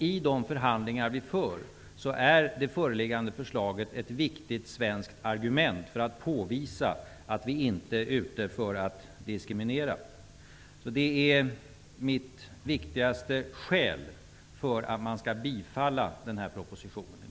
I de förhandlingar vi för är det föreliggande förslaget ett viktigt svenskt argument för att påvisa att vi inte är ute för att diskriminera. Det är mitt viktigaste skäl för att man skall bifalla den här propositionen i dag.